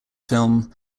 film